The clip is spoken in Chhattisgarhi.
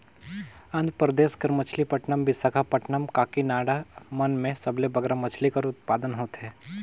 आंध्र परदेस कर मछलीपट्टनम, बिसाखापट्टनम, काकीनाडा मन में सबले बगरा मछरी कर उत्पादन होथे